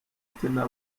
tina